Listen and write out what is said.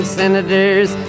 senators